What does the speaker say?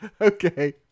Okay